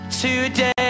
Today